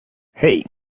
hey